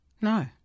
No